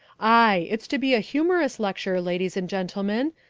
ay, it's to be a humorous lecture, ladies and gentlemen,